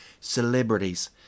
celebrities